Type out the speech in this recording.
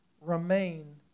remain